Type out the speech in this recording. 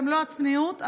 במלוא הצניעות,